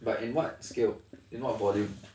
but in what scale in what volume